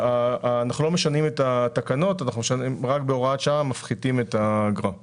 אנחנו לא משנים את התקנות אלא בהוראת שעה מפחיתים את גובה האגרה.